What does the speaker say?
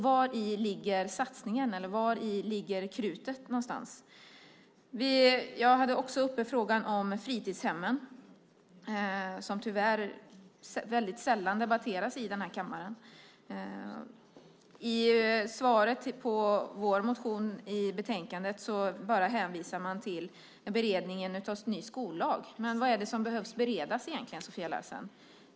Vari ligger satsningen? Vari ligger krutet? Jag tog också upp frågan om fritidshemmen, som tyvärr väldigt sällan debatteras i den här kammaren. När det gäller vår motion hänvisar man i betänkandet bara till beredningen av en ny skollag. Men vad är det egentligen som behöver beredas, Sofia Larsen?